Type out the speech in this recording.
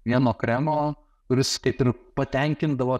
vieno kremo kuris kaip ir patenkindavo